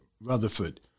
Rutherford